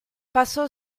pasó